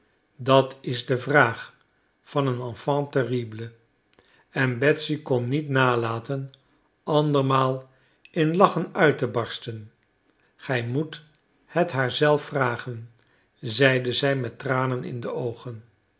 dat is de vraag van een enfant terrible en betsy kon niet nalaten andermaal in lachen uit te barsten gij moet het haar zelf vragen zeide zij met tranen in de oogen